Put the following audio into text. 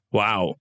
Wow